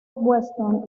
weston